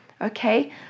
Okay